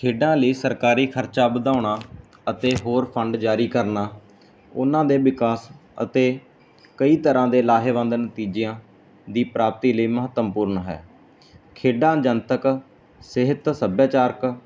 ਖੇਡਾਂ ਲਈ ਸਰਕਾਰੀ ਖਰਚਾ ਵਧਾਉਣਾ ਅਤੇ ਹੋਰ ਫੰਡ ਜਾਰੀ ਕਰਨਾ ਉਹਨਾਂ ਦੇ ਵਿਕਾਸ ਅਤੇ ਕਈ ਤਰ੍ਹਾਂ ਦੇ ਲਾਹੇਵੰਦ ਨਤੀਜਿਆਂ ਦੀ ਪ੍ਰਾਪਤੀ ਲਈ ਮਹੱਤਵਪੂਰਨ ਹੈ ਖੇਡਾਂ ਜਨਤਕ ਸਿਹਤ ਸੱਭਿਆਚਾਰਕ